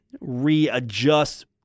readjust